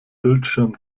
bildschirm